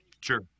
Sure